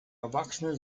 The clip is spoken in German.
erwachsene